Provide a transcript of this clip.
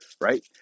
right